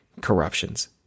corruptions